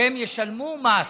שהם ישלמו מס,